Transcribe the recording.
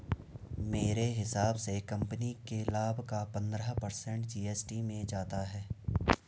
मेरे हिसाब से कंपनी के लाभ का पंद्रह पर्सेंट जी.एस.टी में जाता है